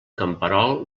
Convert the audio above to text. camperol